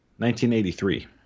1983